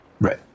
right